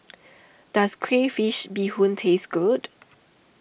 does Crayfish BeeHoon taste good